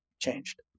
changed